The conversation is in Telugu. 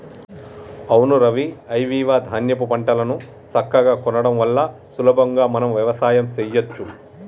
అవును రవి ఐవివ ధాన్యాపు పంటలను సక్కగా కొనడం వల్ల సులభంగా మనం వ్యవసాయం సెయ్యచ్చు